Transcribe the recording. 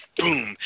boom